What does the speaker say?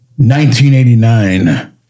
1989